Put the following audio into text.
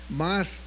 mas